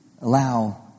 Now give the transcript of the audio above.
allow